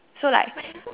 so like